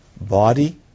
Body